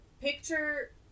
picture